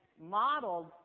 modeled